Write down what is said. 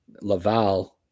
Laval